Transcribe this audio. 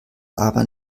aber